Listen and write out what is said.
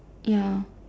ya